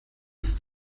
ist